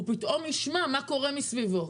הוא פתאום ישמע מה קובע מסביבו,